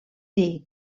dir